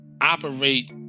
operate